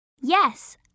Yes